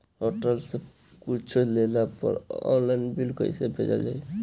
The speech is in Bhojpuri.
होटल से कुच्छो लेला पर आनलाइन बिल कैसे भेजल जाइ?